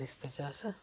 जिस च अस